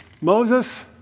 Moses